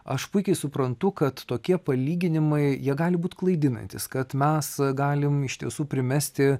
aš puikiai suprantu kad tokie palyginimai jie gali būt klaidinantys kad mes galim iš tiesų primesti